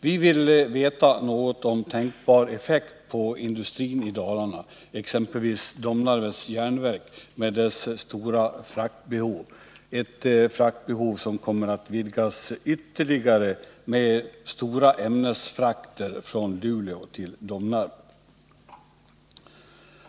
Vi vill veta något om tänkbar effekt på industrin i Dalarna, exempelvis Domnarvets Jernverk med dess stora fraktbehov — ett fraktbehov som kommer att ökas ytterligare med stora ämnesfrakter från Luleå till Domnarvet.